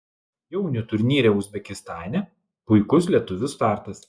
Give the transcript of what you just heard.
jaunių turnyre uzbekistane puikus lietuvių startas